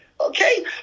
okay